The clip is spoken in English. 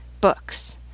books